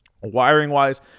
wiring-wise